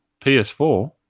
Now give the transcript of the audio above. PS4